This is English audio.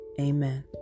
Amen